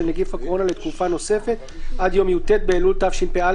נגיף הקורונה לתקופה נוספת עד יום י"ט באלול תשפ"א,